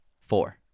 four